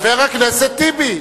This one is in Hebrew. חבר הכנסת טיבי,